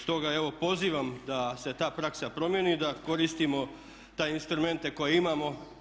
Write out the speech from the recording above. Stoga evo pozivam da se ta praksa promijeni i da koristimo te instrumente koje imamo.